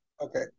Okay